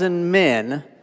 men